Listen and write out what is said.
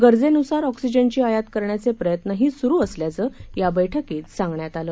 गरजेनुसार ऑक्सीजनची आयात करण्याचे प्रयत्नही सुरु असल्याचं या बैठकीत सांगण्यात आलं